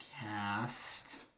cast